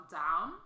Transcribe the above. down